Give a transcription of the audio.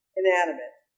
inanimate